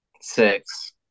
Six